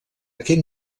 aquest